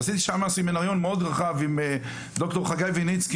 עשיתי שמה סמינריון מאוד רחב עם דוקטור חגי ויניצקי